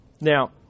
Now